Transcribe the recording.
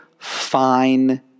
fine